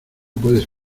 puedes